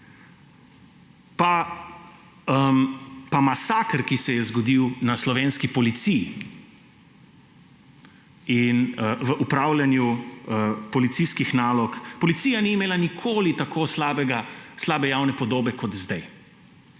Pa masaker, ki se je zgodil na slovenski policiji v opravljanju policijskih nalog. Policija ni imela nikoli tako slabe javne podobe kot zdaj.